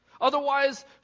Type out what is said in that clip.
Otherwise